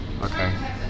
okay